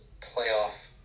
playoff